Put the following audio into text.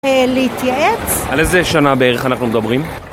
להתייעץ על איזה שנה בערך אנחנו מדברים?